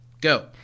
go